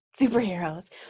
Superheroes